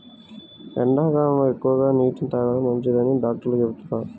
ఎండాకాలంలో ఎక్కువగా నీటిని తాగడం మంచిదని డాక్టర్లు చెబుతున్నారు